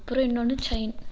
அப்புறம் இன்னொன்று செயின்